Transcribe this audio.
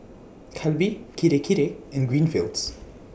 Calbee Kirei Kirei and Greenfields